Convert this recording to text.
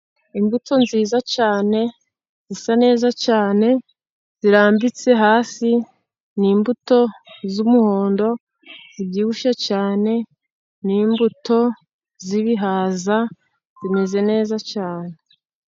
Imbuto nziza cyane, zisa neza cyane, zirambitse hasi, ni imbuto z'umuhondo zibyibushye cyane, ni imbuto z'ibihaza zimeze neza cyane.